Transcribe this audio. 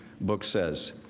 book says.